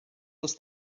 was